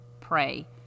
pray